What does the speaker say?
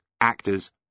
actors